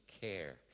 care